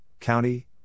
county